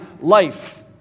life